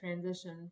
transition